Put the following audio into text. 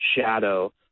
shadow